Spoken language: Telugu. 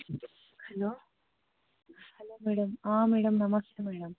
హలో హలో మ్యాడమ్ మ్యాడమ్ నమస్తే మ్యాడమ్